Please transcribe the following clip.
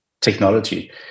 technology